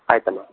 ಆಯ್ತಮ್ಮ